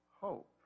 hope